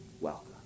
welcome